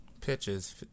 Pictures